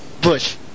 Bush